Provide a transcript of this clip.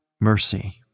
mercy